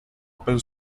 open